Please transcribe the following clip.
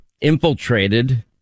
infiltrated